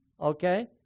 Okay